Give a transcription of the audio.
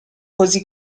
così